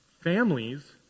families